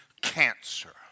cancer